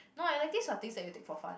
no electives are things that you take for fun